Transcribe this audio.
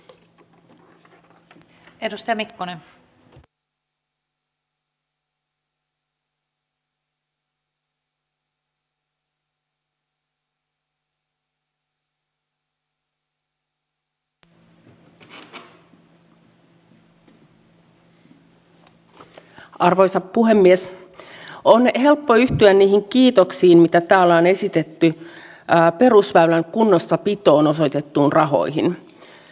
eli lakien valmistelun tässä kohtaa on erityisen hyvä että ruvetaan katsomaan sitä mitä nämä mallit ovat ja siinä mielessä kehitetään tätä valmistelua otetaan ne minimipalkat saksan mallista ja niin edelleen tämän valmisteluprosessiin